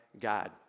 God